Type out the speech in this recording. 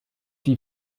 die